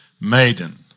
maiden